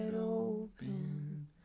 open